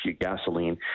gasoline